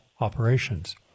operations